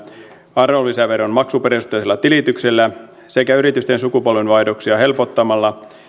arvonlisäveron maksuperusteisella tilityksellä sekä yritysten sukupolvenvaihdoksia helpottamalla